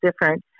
different